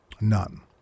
None